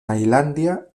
tailandia